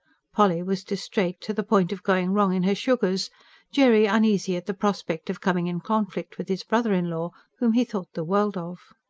polly was distraite to the point of going wrong in her sugars jerry uneasy at the prospect of coming in conflict with his brother-in-law, whom he thought the world of.